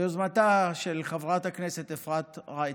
ביוזמתה של חברת הכנסת אפרת רייטן.